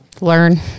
learn